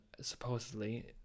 supposedly